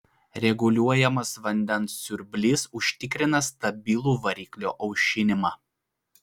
reguliuojamas vandens siurblys užtikrina stabilų variklio aušinimą